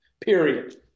period